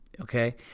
okay